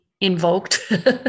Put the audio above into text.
invoked